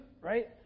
right